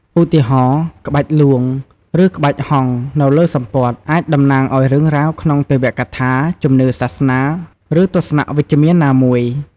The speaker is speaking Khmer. ឧទាហរណ៍ ក្បាច់លួង ឬក្បាច់ហង្សនៅលើសំពត់ អាចតំណាងឱ្យរឿងរ៉ាវក្នុងទេវកថា ជំនឿសាសនា ឬទស្សនៈវិជ្ជមានណាមួយ ។